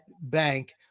bank